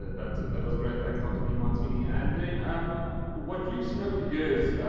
that that was great. thanks dr. demartini and then um what you've seen over the years,